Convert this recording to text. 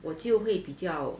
我就会比较